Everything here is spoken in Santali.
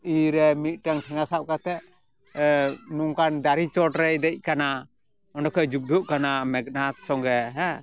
ᱛᱤ ᱨᱮ ᱢᱤᱫᱴᱮᱱ ᱴᱷᱮᱜᱟ ᱥᱟᱵ ᱠᱟᱛᱮ ᱱᱚᱝᱠᱟᱱ ᱫᱟᱨᱮ ᱪᱚᱴᱨᱮᱭ ᱫᱮᱡ ᱟᱠᱟᱱᱟ ᱚᱸᱰᱮ ᱠᱷᱚᱡ ᱮ ᱡᱩᱫᱽᱫᱷᱚᱜ ᱠᱟᱱᱟ ᱢᱮᱜᱷᱱᱟᱛ ᱥᱚᱝᱜᱮ ᱦᱮᱸ